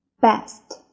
best